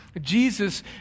Jesus